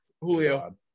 julio